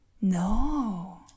No